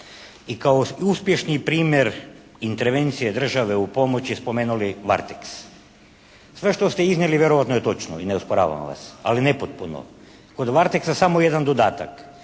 i kao uspješni primjer intervencije države u pomoći spomenuli "Varteks". Sve što ste iznijeli vjerovatno je točno i ne osporavam vas, ali nepotpuno. Kod "Varteksa" samo jedan dodatak